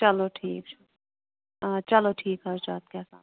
چلو ٹھیٖک چھُ آ چلو ٹھیٖک حظ چھُ اَدٕ کیٛاہ حظ